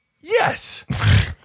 Yes